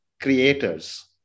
creators